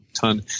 ton